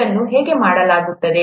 ಇದನ್ನು ಹೇಗೆ ಮಾಡಲಾಗುತ್ತದೆ